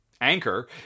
Anchor